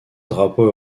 drapeau